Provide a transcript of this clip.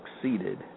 succeeded